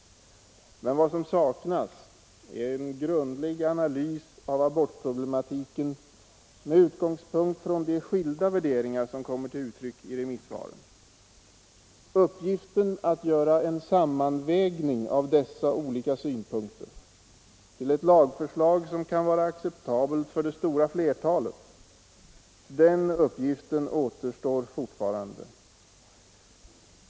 Men vad som saknas är en grundlig analys av abortproblematiken med utgångspunkt i de skilda värderingar som kommer till uttryck i remissvaren. Uppgiften att göra en sammanvägning av dessa olika synpunkter till ett lagförslag som kan vara acceptabelt för det stora flertalet kvarstår alltjämt.